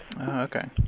okay